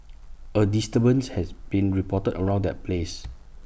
A disturbance has been reported around that place